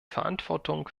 verantwortung